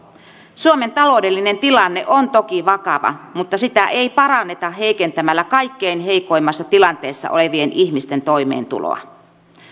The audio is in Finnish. suomen taloudellinen tilanne on toki vakava mutta sitä ei paranneta heikentämällä kaikkein heikoimmassa tilanteessa olevien ihmisten toimeentuloa